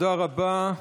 תודה רבה.